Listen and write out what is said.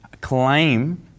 claim